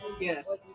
Yes